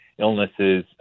illnesses